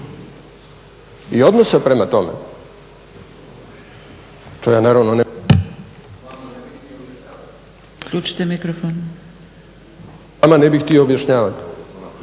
i odnosa prema tome